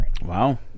Wow